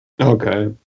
Okay